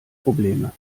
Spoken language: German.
probleme